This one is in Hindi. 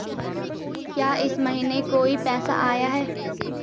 क्या इस महीने कोई पैसा आया है?